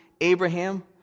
Abraham